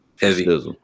Heavy